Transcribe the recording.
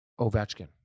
Ovechkin